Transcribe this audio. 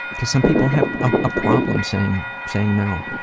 cause some people have a ah problem saying saying no.